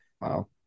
wow